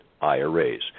IRAs